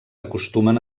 acostumen